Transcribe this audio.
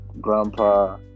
grandpa